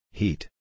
heat